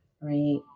Right